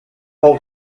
old